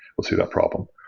will see that problem.